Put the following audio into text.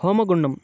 హోమగుండం